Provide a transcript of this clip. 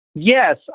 Yes